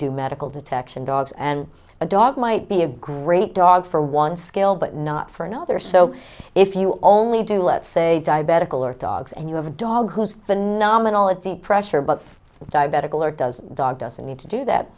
do medical detection dogs and a dog might be a great dog for one scale but not for another so if you only do let's say diabetic alert dogs and you have a dog who's phenomenal if the pressure but diabetic alert does dog doesn't need to do that